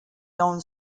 non